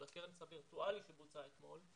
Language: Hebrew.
על הכנס הווירטואלי שבוצע אתמול,